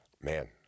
Man